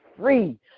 free